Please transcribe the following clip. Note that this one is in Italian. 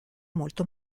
molto